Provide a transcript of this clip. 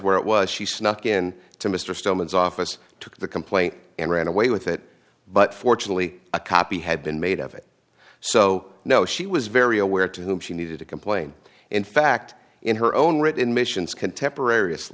where it was she snuck in to mr stillman's office took the complaint and ran away with it but fortunately a copy had been made of it so no she was very aware to whom she needed to complain in fact in her own written missions contemporar